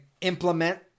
implement